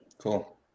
Cool